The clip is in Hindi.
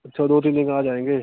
अच्छा दो तीन दिन में आ जाएंगे